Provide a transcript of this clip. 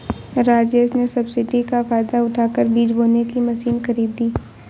राजेश ने सब्सिडी का फायदा उठाकर बीज बोने की मशीन खरीदी